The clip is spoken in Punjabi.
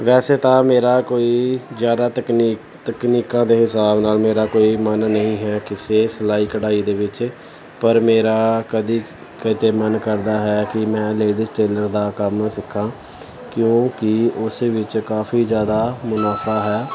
ਵੈਸੇ ਤਾਂ ਮੇਰਾ ਕੋਈ ਜ਼ਿਆਦਾ ਤਕਨੀਕ ਤਕਨੀਕਾਂ ਦੇ ਹਿਸਾਬ ਨਾਲ ਮੇਰਾ ਕੋਈ ਮਨ ਨਹੀਂ ਹੈ ਕਿਸੇ ਸਿਲਾਈ ਕਢਾਈ ਦੇ ਵਿੱਚ ਪਰ ਮੇਰਾ ਕਦੇ ਕਦੇ ਮਨ ਕਰਦਾ ਹੈ ਕਿ ਮੈਂ ਲੇਡੀਜ ਟੇਲਰ ਦਾ ਕੰਮ ਸਿੱਖਾਂ ਕਿਉਂਕਿ ਉਸ ਵਿੱਚ ਕਾਫੀ ਜ਼ਿਆਦਾ ਮੁਨਾਫਾ ਹੈ